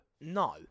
No